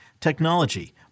technology